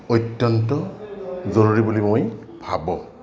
অত্যন্ত জৰুৰী বুলি মই ভাবোঁ